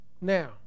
Now